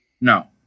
No